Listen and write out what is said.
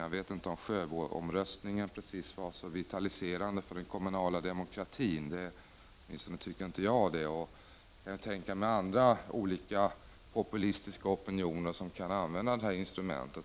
Jag tycker inte att Sjöboomröstningen var särskilt vitaliserande för den kommunala demokratin. Jag kan tänka mig att andra populistiska opinioner kan utnyttja det här instrumentet.